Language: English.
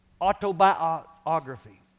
autobiography